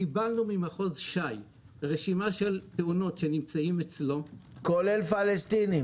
קיבלנו ממחוז ש"י רשימה של תאונות שנמצאת אצלו --- כולל פלסטינים?